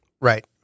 right